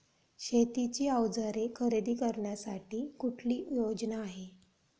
शेतीची अवजारे खरेदी करण्यासाठी कुठली योजना आहे?